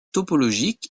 topologique